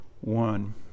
one